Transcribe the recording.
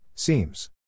Seems